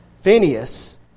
Phineas